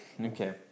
Okay